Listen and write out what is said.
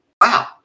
wow